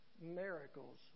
miracles